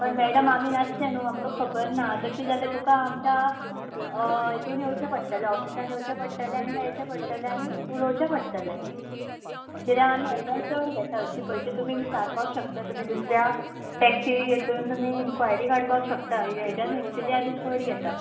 पण मॅडम आमी नासले न्हू आमकां खबरना तशें जाल्या तुका आमच्या हितून येवचें पडटलें ऑफिसान येवचें पडटलें आनी मेळचें पट्टलें आनी उलोवचें पट्टलें किऱ्या आमी हेज्यान चड घेता हरशीं पयशे तुमी विचारपाक शकता तुमी दुसऱ्या टॅक्सी हेतून तुमी इन्क्वायरी काडपाक शकता हे हेज्यान एक्चली आमी चड घेता